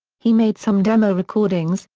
he made some demo recordings,